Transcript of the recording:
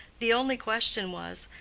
the only question was,